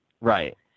Right